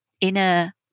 inner